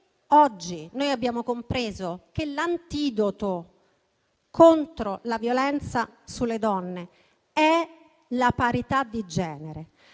oggi abbiamo compreso che l'antidoto contro la violenza sulle donne è la parità di genere,